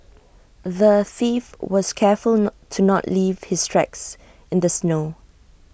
the thief was careful not to not leave his tracks in the snow